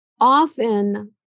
often